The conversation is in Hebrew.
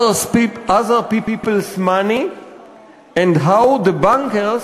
Other People's Money And How The Bankers